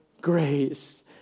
Grace